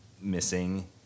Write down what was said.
missing